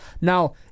Now